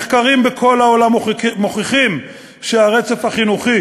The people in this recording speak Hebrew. מחקרים בכל העולם מוכיחים שהרצף החינוכי